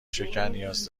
شکرنیاز